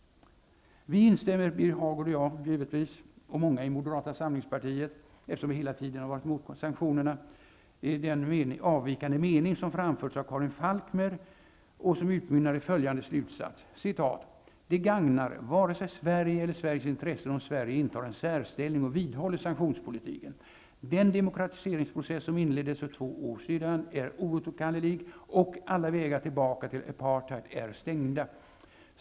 Vi, Birger Hagård, jag, och många i Moderata samlingspartiet, instämmer givetvis helt i den avvikande mening som framförts av Karin Falkmer i den s.k. Sydafrika-delegationens rapport -- eftersom vi hela tiden har varit emot sanktionerna -- och som utmynnar i följande slutsats: Det gagnar inte vare sig Sverige eller Sveriges intressen om Sverige intar en särställning och vidhåller sanktionspolitiken. Den demokratiseringsprocess som inleddes för två år sedan är oåterkallelig och alla vägar tillbaka till apartheid är stängda.